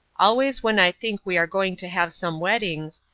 always when i think we are going to have some weddings,